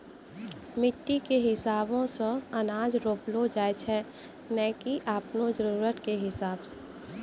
मिट्टी कॅ हिसाबो सॅ अनाज रोपलो जाय छै नै की आपनो जरुरत कॅ हिसाबो सॅ